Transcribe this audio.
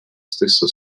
stesso